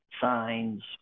signs